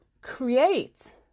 create